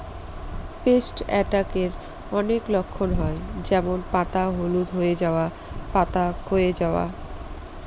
paste অ্যাটাকের অনেক লক্ষণ হয় যেমন পাতা হলুদ হয়ে যাওয়া, পাতা ক্ষয়ে যাওয়া